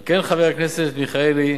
על כן, חבר הכנסת מיכאלי,